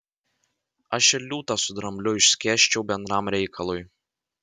aš ir liūtą su drambliu išskėsčiau bendram reikalui